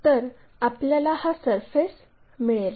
तर आपल्याला हा सरफेस मिळेल